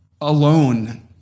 alone